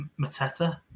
mateta